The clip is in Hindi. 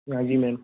हाँ जी मैम